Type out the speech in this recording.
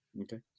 okay